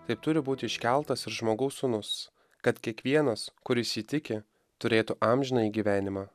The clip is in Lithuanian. taip turi būti iškeltas ir žmogaus sūnus kad kiekvienas kuris jį tiki turėtų amžinąjį gyvenimą